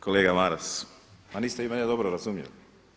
Kolega Maras pa niste vi mene dobro razumjeli.